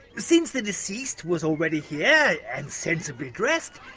since the deceased was already here yeah and sensibly dressed,